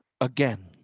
Again